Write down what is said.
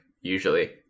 usually